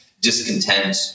discontent